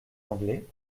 anglais